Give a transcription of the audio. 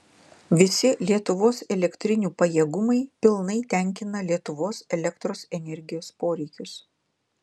visi lietuvos elektrinių pajėgumai pilnai tenkina lietuvos elektros energijos poreikius